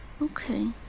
Okay